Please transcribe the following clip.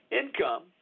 income